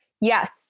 Yes